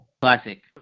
Classic